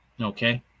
Okay